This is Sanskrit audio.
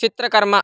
चित्रकर्म